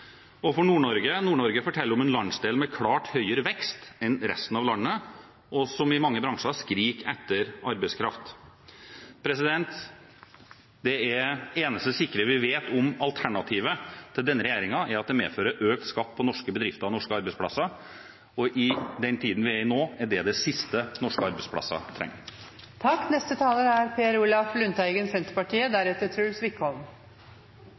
forteller om en landsdel med klart høyere vekst enn resten av landet, og mange bransjer skriker etter arbeidskraft. Det eneste sikre vi vet om alternativet til denne regjeringen, er at det medfører økt skatt på norske bedrifter og norske arbeidsplasser, og i den tiden vi er i nå, er det det siste norske arbeidsplasser trenger. Statsministeren vil at det folk skal huske etter trontaledebatten, er